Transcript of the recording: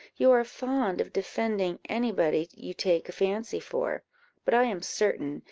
you are fond of defending any body you take a fancy for but i am certain,